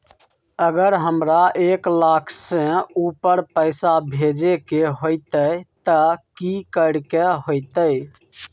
अगर हमरा एक लाख से ऊपर पैसा भेजे के होतई त की करेके होतय?